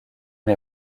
les